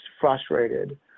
frustrated